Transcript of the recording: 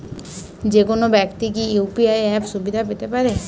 যেকোনো ব্যাক্তি কি ইউ.পি.আই অ্যাপ সুবিধা পেতে পারে?